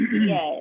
Yes